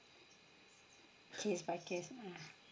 case by case ah